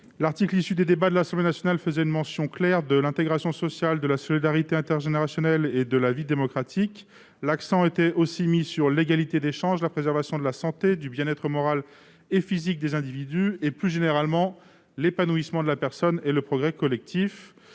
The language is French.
rédaction issue des travaux de l'Assemblée nationale faisait une claire mention de l'intégration sociale, de la solidarité intergénérationnelle et de la vie démocratique. L'accent était également mis sur l'égalité des chances, sur la préservation de la santé, du bien-être moral et physique des individus et, plus généralement, sur l'épanouissement de la personne et le progrès collectif.